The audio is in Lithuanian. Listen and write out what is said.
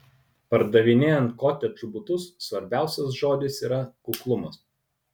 pardavinėjant kotedžų butus svarbiausias žodis yra kuklumas